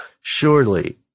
surely